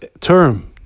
term